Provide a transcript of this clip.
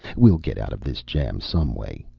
we'll get out of this jam some way,